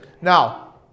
now